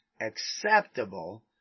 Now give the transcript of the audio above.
acceptable